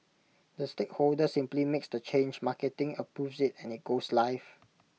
the stakeholder simply makes the change marketing approves IT and IT goes live